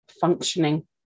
functioning